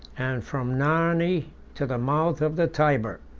and from narni to the mouth of the tyber.